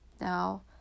Now